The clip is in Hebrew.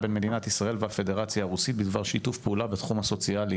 בין מדינת ישראל והפדרציה הרוסית בדבר שיתוף פעולה בתחום הסוציאלי,